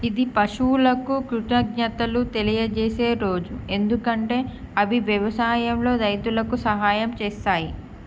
ఇది పశువులకు కృతజ్ఞతలు తెలియజేసే రోజు ఎందుకంటే అవి వ్యవసాయంలో రైతులకు సహాయం చేస్తాయి